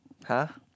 [huh]